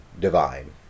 divine